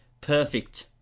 perfect